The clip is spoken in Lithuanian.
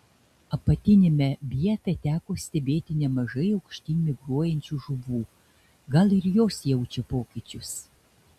apatiniame bjefe teko stebėti nemažai aukštyn migruojančių žuvų gal ir jos jaučia pokyčius